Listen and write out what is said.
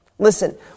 Listen